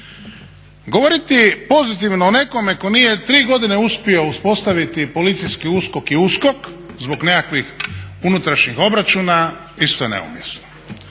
Govoriti pozitivno o nekome tko nije 3 godine uspio uspostaviti policijski USKOK i USKOK zbog nekakvih unutrašnjih obračuna isto je neumjesno.